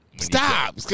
stop